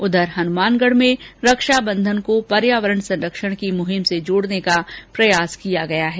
उधर हनुमानगढ में रक्षाबंधन को पर्यावरण संरक्षण की मुहिम से जोड़ने का प्रयास किया गया है